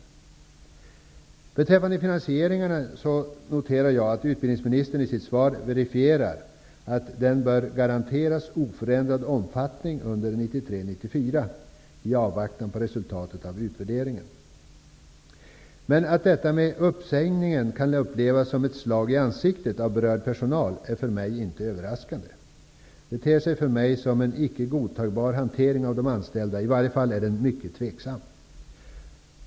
Beträffande finansieringen noterar jag att utbildningsministern i sitt svar verifierar att den bör garanteras oförändrad omfattning under 1993/94 i avvaktan på resultatet av utvärderingen. Att uppsägningarna av berörd personal kan upplevas som ett slag i ansiktet är för mig inte överraskande. Det ter sig för mig som en icke godtagbar hantering av de anställda, i vart fall är den mycket tveksam.